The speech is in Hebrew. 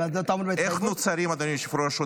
אדוני היושב-ראש,